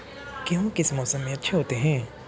गेहूँ किस मौसम में अच्छे होते हैं?